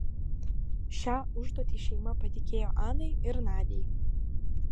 šią užduotį šeima patikėjo anai ir nadiai